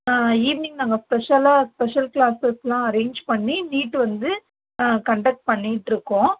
evening நாங்கள் ஸ்பெஷலாக special classes arrange பண்ணி நீட்டு வந்து கன்டெக்ட் பண்ணிகிட்டு இருக்கோம்